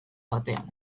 batean